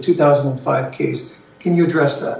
two thousand and five kids can you dress up